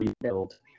rebuild